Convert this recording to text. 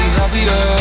happier